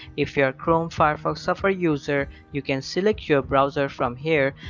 if you are chrome, firefox safari user, you can select your browser from here,